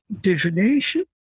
Divination